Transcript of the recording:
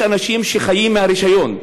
יש אנשים שחיים מהרישיון,